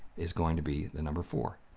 is going to be the number four.